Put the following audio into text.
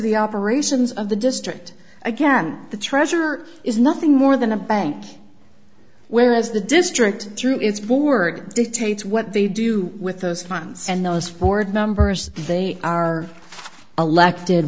the operations of the district again the treasurer is nothing more than a bank whereas the district through its board dictates what they do with those funds and those ford numbers they are elected